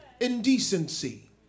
indecency